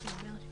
זאת אומרת: